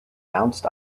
bounced